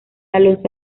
alonso